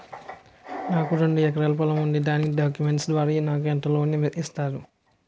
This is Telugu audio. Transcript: నాకు రెండు ఎకరాల పొలం ఉంది దాని డాక్యుమెంట్స్ ద్వారా నాకు ఎంత లోన్ మీరు ఇస్తారు?